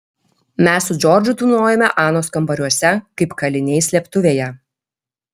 mes su džordžu tūnojome anos kambariuose kaip kaliniai slėptuvėje